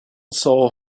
soul